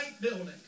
building